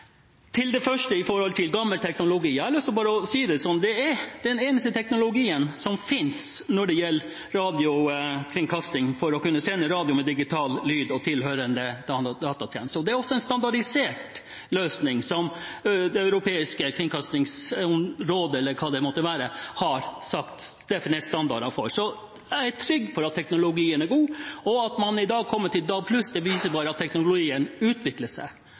Til det første, om gammel teknologi. Jeg har lyst til bare å si det slik: Det er den eneste teknologien som finnes når det gjelder radiokringkasting, for å kunne sende radio med digital lyd og tilhørende datatjenester. Det er også en standardisert løsning, som Det europeiske kringkastingsområdet – eller hva det måtte være – har definert standarder for. Så jeg er trygg på at teknologien er god. At man i dag er kommet til DAB+, viser bare at teknologien utvikler seg,